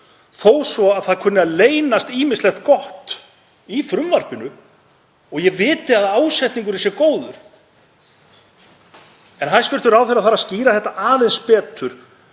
þó svo að það kunni að leynast ýmislegt gott í frumvarpinu og ég viti að ásetningurinn sé góður. Hæstv. ráðherra þarf að skýra aðeins betur